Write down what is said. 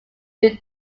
due